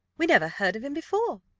we never heard of him before,